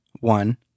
one